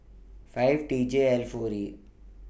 five T J L four E